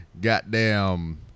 Goddamn